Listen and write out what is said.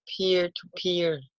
peer-to-peer